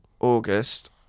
August